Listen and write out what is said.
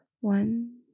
one